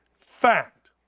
fact